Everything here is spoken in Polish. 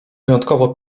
wyjątkowo